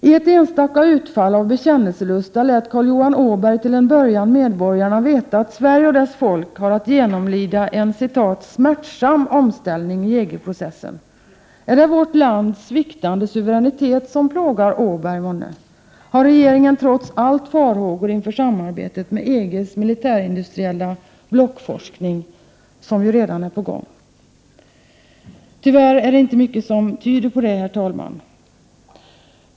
I ett enstaka utfall av bekännelselusta lät Carl Johan Åberg till en början medborgarna veta att Sverige och dess folk har att genomlida en ”smärtsam” omställning i EG-processen. Är det vårt lands sviktande suveränitet som plågar Åberg? Har regeringen trots allt farhågor inför samarbetet med EG:s Prot. 1988/89:129 militärindustriella blockforskning, som ju redan är på gång? 6 juni 1989 Tyvärr finns det inte mycket som tyder på det, herr talman.